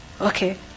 Okay